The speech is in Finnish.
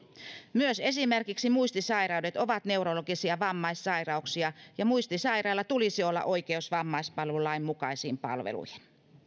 myös esimerkiksi muistisairaudet ovat neurologisia vammaissairauksia ja muistisairaalla tulisi olla oikeus vammaispalvelulain mukaisiin palveluihin